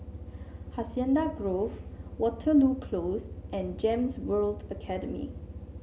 Hacienda Grove Waterloo Close and Gems World Academy